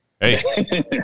Hey